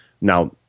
Now